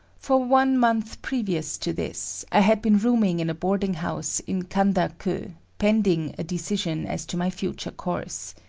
for one month previous to this, i had been rooming in a boarding house in kanda-ku, pending a decision as to my future course.